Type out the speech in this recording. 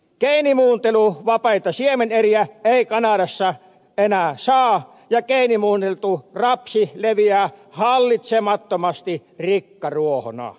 geenimuunteluvapaita siemeneriä ei kanadassa enää saa ja geenimuunneltu rapsi leviää hallitsemattomasti rikkaruohona